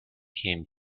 came